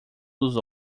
dos